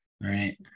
right